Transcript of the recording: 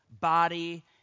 body